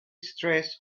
stressed